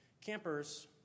campers